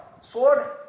Sword